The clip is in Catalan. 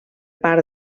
part